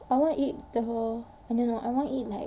I want eat the I don't know I want to eat like